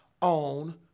on